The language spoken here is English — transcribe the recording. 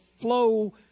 flow